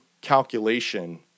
calculation